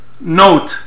note